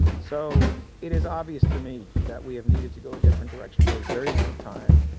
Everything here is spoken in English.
so it is obvious to me that we have needed to go a different direction for a very long time.